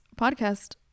podcast